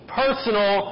personal